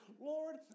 Lord